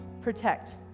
protect